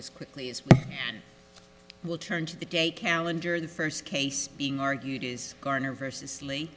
as quickly as we will turn to the date calendar the first case being argued is garner versus lee